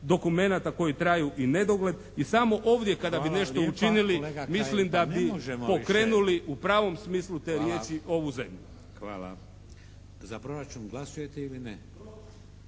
dokumenata koji traju u nedogled. I samo ovdje kada bi nešto učinili mislim da bi pokrenuli u pravom smislu te riječi ovu zemlju.